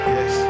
Yes